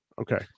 Okay